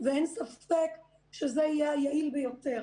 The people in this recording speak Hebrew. ואין ספק שזה יהיה היעיל ביותר.